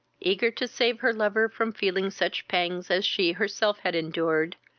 eager to save her lover from feeling such pangs as she herself had endured,